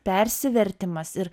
persivertimas ir